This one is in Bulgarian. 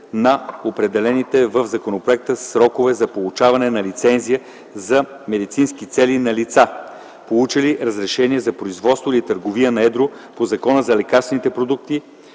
на определените в законопроекта срокове за получаване на лицензия за медицински цели на лица, получили разрешение за производство или търговия на едро по Закона за лекарствените продукти